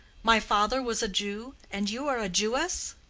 my father was a jew, and you are a jewess?